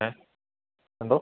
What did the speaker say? ഏഹ് എന്തോ